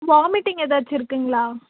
vomiting ஏதாச்சும் இருக்குங்களா